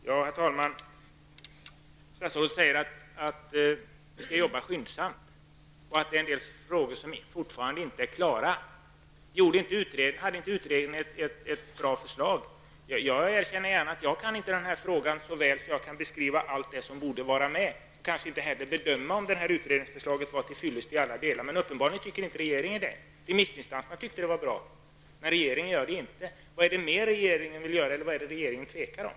Herr talman! Statsrådet säger att man skall arbeta skyndsamt och att en del frågor fortfarande inte är färdigberedda. Hade inte utredningen ett bra förslag? Jag erkänner gärna att jag inte kan frågan så väl att jag kan beskriva allt det som borde tas upp. Jag kan kanske inte heller bedöma om utredningsförslaget var till fyllest i alla delar. Men uppenbarligen tycker inte regeringen det. Remissinstanserna tyckte att förslaget var bra. Vad är det mer regeringen vill göra, eller vad tvekar regeringen om?